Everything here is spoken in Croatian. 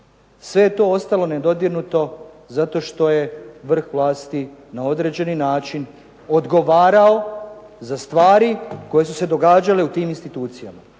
Sve je to ostalo nedodirnuto zato što je vrh vlasti na određeni način odgovarao za stvari koje su se događale u tim institucijama,